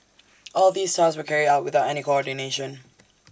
all these tasks were carried out without any coordination